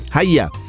Hiya